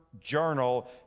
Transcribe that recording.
journal